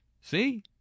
See